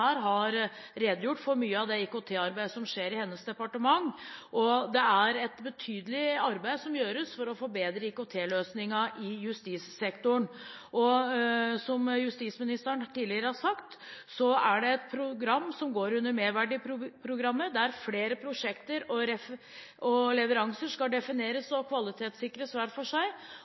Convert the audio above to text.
denne salen redegjort for det IKT-arbeidet som skjer i hennes departement. Det er et betydelig arbeid som gjøres for å forbedre IKT-løsningen i justissektoren. Som justisministeren tidligere har sagt, er det et program som går under Merverdiprogrammet, der flere prosjekter og leveranser skal defineres og kvalitetssikres hver for seg.